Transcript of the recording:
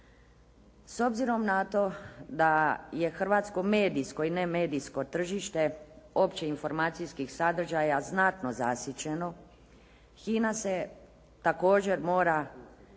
S obzirom na to da je hrvatsko medijsko i nemedijsko tržište opće informacijskih sadržaja znatno zasićeno HINA se također mora